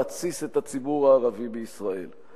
להתסיס את הציבור הערבי בישראל.